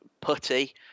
putty